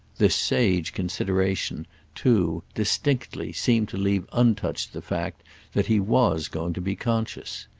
this sage consideration too, distinctly, seemed to leave untouched the fact that he was going to be conscious.